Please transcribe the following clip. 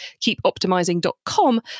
keepoptimizing.com